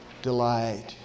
Delight